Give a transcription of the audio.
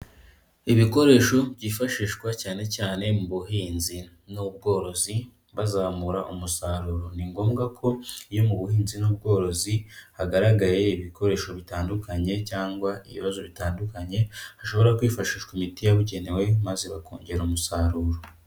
Ibikoresho byifashishwa cyane cyane mu buhinzi n'ubworozi, bazamura umusaruro. Ni ngombwa ko iyo mu buhinzi n'ubworozi hagaragaye ibikoresho bitandukanye cyangwa ibibazo bitandukanye, hashobora kwifashishwa imiti yabugenewe maze bakongera umusaruro.